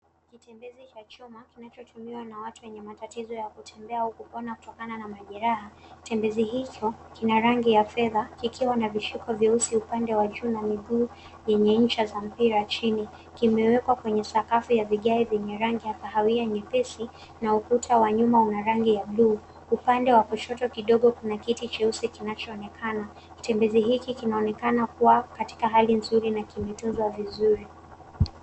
Kitembezi cha chuma kinachotumiwa na watu wenye matatizo ya kutembea au kuona kutokana na majeraha. Kitembezi hicho kina rangi ya fedha kikiwa na vishuko vyeusi upande wa juu na miguu yenye ncha za mpira chini. Kimewekwa kwenye sakafu ya vigae vyenye rangi ya kahawia nyepesi na ukuta wa nyuma una rangi ya buluu. Upande wa kushoto kidogo kuna kiti cheusi kinachoonekana. Kitembezi hiki kinaonekana kuwa katika hali nzuri na kimetunzwa vizuri.